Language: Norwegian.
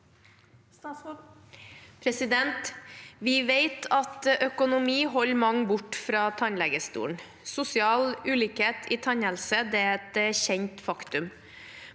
politikk. Vi vet at økonomi holder mange borte fra tannlegestolen. Sosial ulikhet i tannhelse er et kjent faktum.